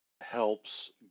helps